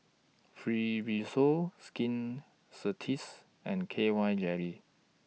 Fibrosol Skin Ceuticals and K Y Jelly